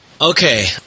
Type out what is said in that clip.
Okay